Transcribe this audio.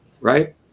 right